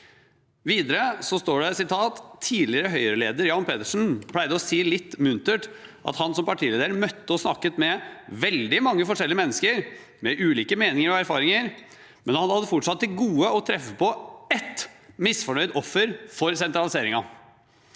Videre står det at tidligere Høyre-leder Jan Petersen pleide å si litt muntert at han som partileder møtte og snakket med veldig mange forskjellige mennesker med ulike meninger og erfaringer, men han hadde fortsatt til gode å treffe på ett misfornøyd offer for sentraliseringen.